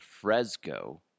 Fresco